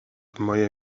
moje